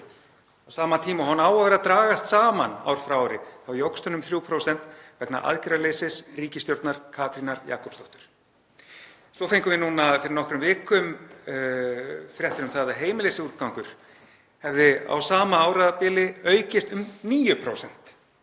Á sama tíma og hún á að vera að dragast saman ár frá ári þá jókst hún um 3% vegna aðgerðaleysis ríkisstjórnar Katrínar Jakobsdóttur. Svo fengum við fyrir nokkrum vikum fréttir um að heimilisúrgangur hefði á sama árabili aukist um 9%